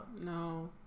No